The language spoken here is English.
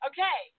Okay